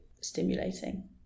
stimulating